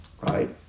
right